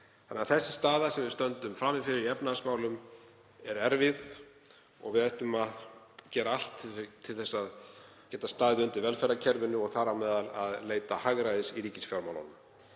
þannig að sú staða sem við stöndum frammi fyrir í efnahagsmálum er erfið. Við ættum að gera allt til þess að geta staðið undir velferðarkerfinu og þar á meðal að leita hagræðis í ríkisfjármálunum.